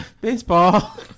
baseball